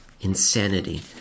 Insanity